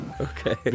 Okay